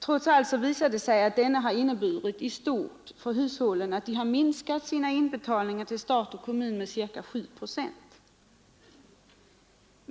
Trots allt visar det sig att denna inneburit i stort för hushållen att de minskat sina inbetalningar till stat och kommun med ca 7 procent.